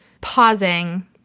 pausing